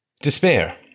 Despair